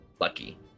Lucky